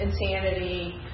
insanity